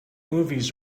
movies